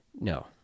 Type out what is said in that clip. No